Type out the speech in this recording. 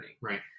Right